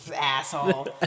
Asshole